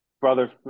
Brother